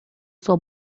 sua